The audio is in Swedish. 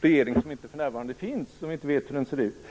regering som för närvarande inte finns och som vi inte vet hur den ser ut.